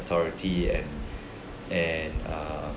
authority and and err